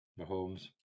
Mahomes